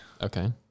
Okay